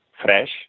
fresh